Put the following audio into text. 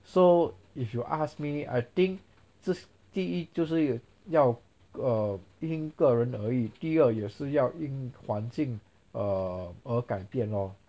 so if you ask me I think just 第一就是也要 err 因个人而已第二也是要因环境 err 而改变 lor